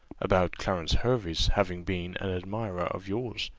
about clarence hervey's having been an admirer of yours.